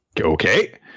Okay